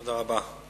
תודה רבה.